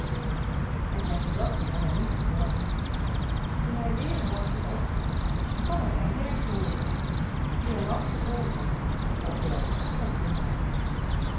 en zijn gedachten hadden hem niet bedrogen toen hij weêr een dag geloopen had kwam hij bij een derden kolenbrander die hem als de vorigen op droge aardappelen noodde